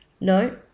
No